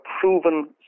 proven